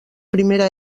primera